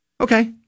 Okay